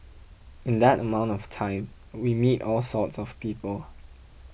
in that amount of time we meet all sorts of people